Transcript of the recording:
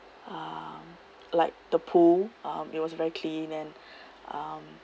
uh like the pool um it was very clean and um